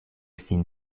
sin